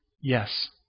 yes